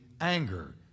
anger